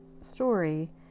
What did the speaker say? story